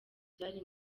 byari